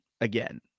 again